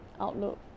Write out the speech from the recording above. outlook